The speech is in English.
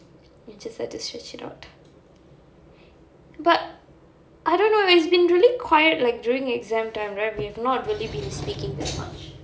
we just have to stretch it out but I don't know it's been really quiet during exam time right we've not really been speaking much